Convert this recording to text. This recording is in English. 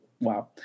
wow